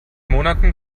monaten